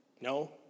No